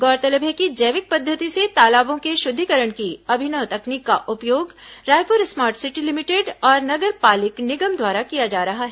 गौरतलब है कि जैविक पद्धति से तालाबों के शुद्धिकरण की अभिनव तकनीक का उपयोग रायपुर स्मार्ट सिटी लिमिटेड और नगर पालिक निगम द्वारा किया जा रहा है